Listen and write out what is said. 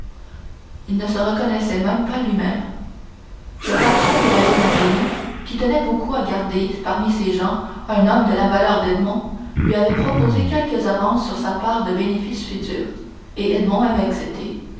il ne se reconnaissait même pas lui-même le patron de la jeune amélie qui tenait beaucoup à garder parmi ses gens un homme de la valeur d'edmond lui avait proposé quelques avances sur sa part de bénéfices futurs et edmond avait